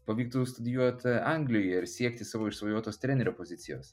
pavyktų studijuot anglijoje ir siekti savo išsvajotos trenerio pozicijos